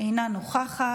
אינה נוכחת.